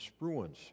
Spruance